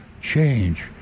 change